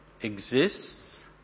exists